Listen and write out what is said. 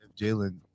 Jalen